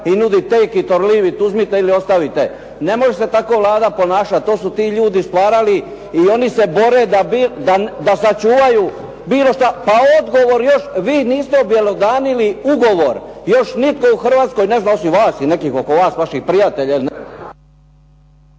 se ne razumije./ … ili ostavite. Ne može se tako Vlada ponašati. To su ti ljudi stvarali i oni se bore da sačuvaju bilo što. Pa odgovor još vi niste objelodanili ugovor, još nitko u Hrvatskoj ne zna osim vas i nekih oko vas i vaših prijatelja